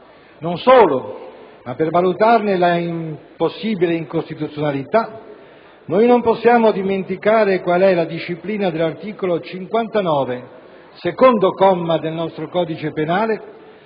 Non solo, ma per valutare l'impossibile incostituzionalità dell'aggravante non possiamo dimenticare qual è la disciplina dell'articolo 59, secondo comma, del nostro codice penale,